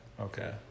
okay